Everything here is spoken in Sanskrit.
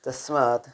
तस्मात्